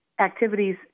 activities